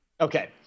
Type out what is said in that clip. Okay